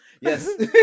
Yes